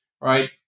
right